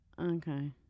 Okay